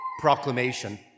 proclamation